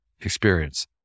experience